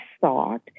thought